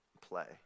play